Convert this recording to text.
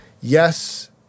Yes